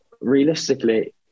realistically